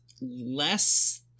less